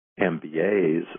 MBAs